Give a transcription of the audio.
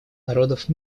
народов